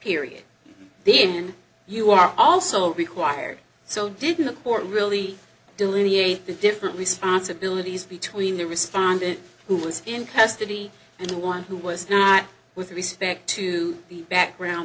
period then you are also required so didn't the court really delineate the different responsibilities between the respondent who was in custody and the one who was not with respect to the background